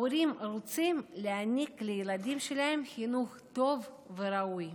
ההורים רוצים להעניק לילדים שלהם חינוך טוב וראוי.